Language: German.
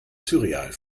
surreal